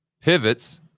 pivots